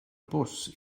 bws